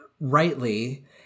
rightly